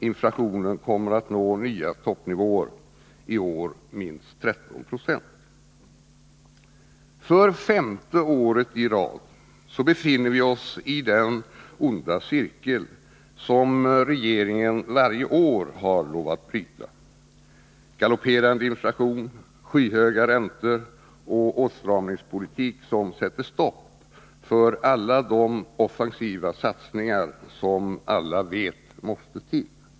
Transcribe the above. Inflationen kommer att nå nya toppnivåer — i år minst 13 96. För femte året i rad befinner vi oss i den onda cirkel som regeringen varje år har lovat bryta — galopperande inflation, skyhöga räntor och åtstramningspolitik, som sätter stopp för alla de offensiva satsningar som alla vet måste till.